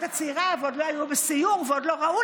הצעירה ועוד לא היו בסיור ועוד לא ראו,